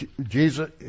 jesus